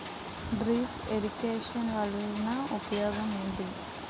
drip irrigation వలన ఉపయోగం ఏంటి